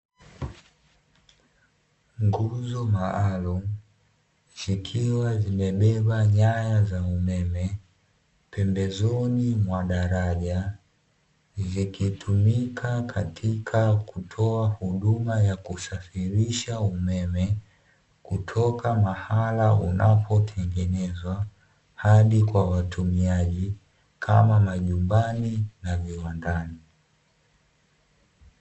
Nguzo maalumu zikiwa zimebeba nyaya za umeme pembezoni mwa daraja, zikitumika katika kutoa huduma ya kusafirisha umeme kutoka mahali unapotengenezwa hadi kwa watumiaji kama majumbani na viwandani.